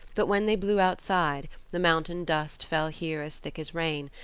but when they blew outside, the mountain dust fell here as thick as rain,